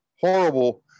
horrible